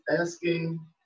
asking